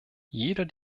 jeder